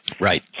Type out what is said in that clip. Right